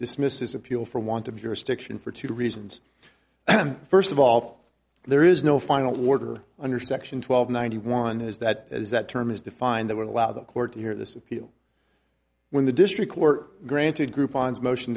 dismiss this appeal for want of jurisdiction for two reasons first of all there is no final order under section twelve ninety one is that as that term is defined that would allow the court to hear this appeal when the district court granted group on's motion